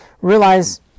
realize